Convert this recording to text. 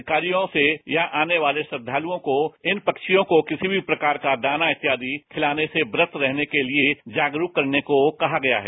अधिकारियों से या आने वाले श्रद्धालुओं को इन पक्षियों को किसी भी प्रकार का दाना इत्यादि खिलाने से विरक्त रहने के लिए जागरूक करने को कहा गया है